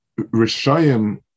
Rishayim